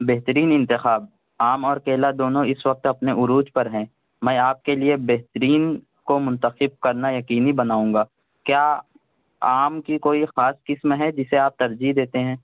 بہترین انتخاب آم اور کیلا دونوں اس وقت اپنے عروج پر ہیں میں آپ کے لیے بہترين كو منتخب كرنا يقينى بناؤں گا كيا آم كى كوئى خاص قسم ہے جسے آپ ترجیح دیتے ہیں